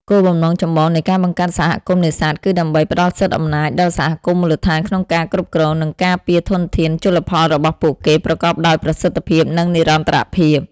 គោលបំណងចម្បងនៃការបង្កើតសហគមន៍នេសាទគឺដើម្បី ផ្ដល់សិទ្ធិអំណាច ដល់សហគមន៍មូលដ្ឋានក្នុងការគ្រប់គ្រង និងការពារធនធានជលផលរបស់ពួកគេ ប្រកបដោយប្រសិទ្ធភាព និងនិរន្តរភាព។